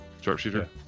Sharpshooter